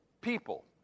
people